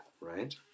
Right